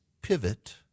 pivot